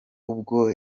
ubwo